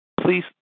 Please